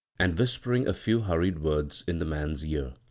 and whispering a few hurried words in the man's ear.